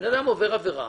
בן אדם עובר עבירה